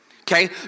Okay